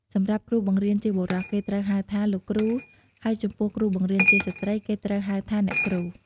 សម្រាប់គ្រូបង្រៀនជាបុរស គេត្រូវហៅថា "លោកគ្រូ" ហើយចំពោះគ្រូបង្រៀនជាស្ត្រី គេត្រូវហៅថា "អ្នកគ្រូ" ។